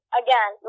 again